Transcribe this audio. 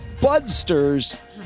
Budsters